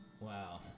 Wow